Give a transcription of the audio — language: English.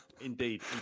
Indeed